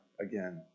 again